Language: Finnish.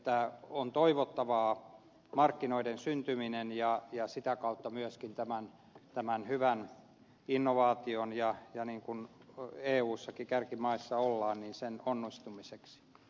varmaan on toivottavaa markkinoiden syntyminen ja sitä kautta myöskin tämän hyvän innovaation kun eussakin kärkimaissa ollaan onnistuminen